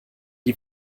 die